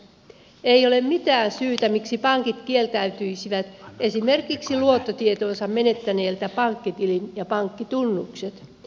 ei ole mitään syytä miksi pankit kieltäisivät esimerkiksi luottotietonsa menettäneeltä pankkitilin ja pankkitunnukset